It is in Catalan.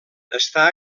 està